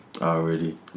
Already